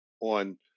on